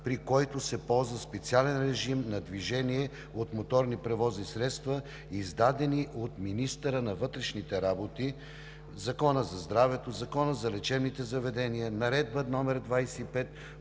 при които се ползва специален режим на движение от моторните превозни средства, издадени от министъра на вътрешните работи; Закона за здравето, Закона за лечебните заведения; Наредба № 25